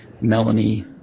Melanie